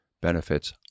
benefits